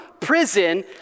prison